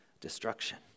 destruction